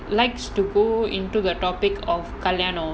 likes to go into the topic of kalyanam